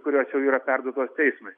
kurios jau yra perduotos teismui